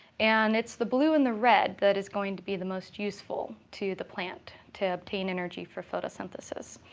and it's the blue and the red that is going to be the most useful to the plant to obtain energy for photosynthesis.